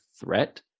threat